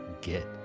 get